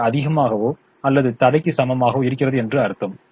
இது அதிகமாகவோ அல்லது தடைக்கு சமமாகவோ இருக்கிறது என்று அர்த்தம்